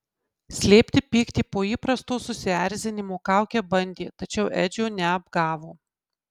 slėpti pyktį po įprasto susierzinimo kauke bandė tačiau edžio neapgavo